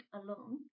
alone